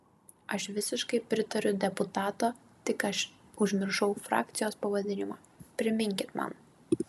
aš visiškai pritariu deputato tik aš užmiršau frakcijos pavadinimą priminkit man